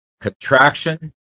contraction